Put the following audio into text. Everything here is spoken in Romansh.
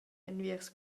enviers